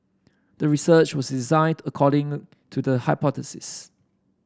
the research was designed according to the hypothesis